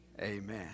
Amen